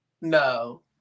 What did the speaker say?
No